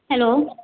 hello